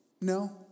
No